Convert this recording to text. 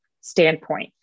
standpoint